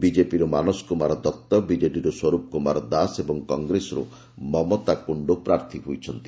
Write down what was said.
ବିଜେପିରୁ ମାନସ କୁମାର ଦଉ ବିଜେଡ଼ିରୁ ସ୍ୱରୂପ କୁମାର ଦାସ ଏବଂ କଂଗ୍ରେସରୁ ମମତା କୁଣ୍ଡୁ ପ୍ରାର୍ଥୀ ହୋଇଛନ୍ତି